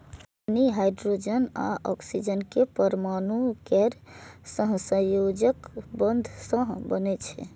पानि हाइड्रोजन आ ऑक्सीजन के परमाणु केर सहसंयोजक बंध सं बनै छै